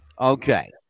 Okay